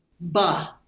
ba